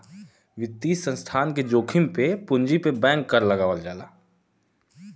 वित्तीय संस्थान के जोखिम पे पूंजी पे बैंक कर लगावल जाला